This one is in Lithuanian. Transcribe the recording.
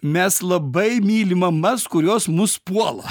mes labai myli mamas kurios mus puola